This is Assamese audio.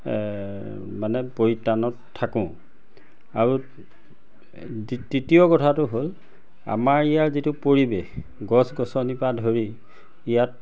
মানে পৰিত্ৰাণত থাকোঁ আৰু তৃতীয় কথাটো হ'ল আমাৰ ইয়াৰ যিটো পৰিৱেশ গছ গছনিৰ পৰা ধৰি ইয়াত